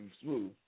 Smooth